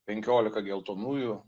penkiolika geltonųjų